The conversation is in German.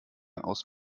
aus